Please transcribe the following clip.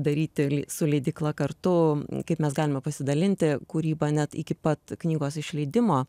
daryti lei su leidykla kartu kaip mes galime pasidalinti kūryba net iki pat knygos išleidimo